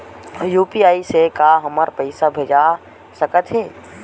UPI से का हमर पईसा भेजा सकत हे?